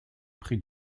prix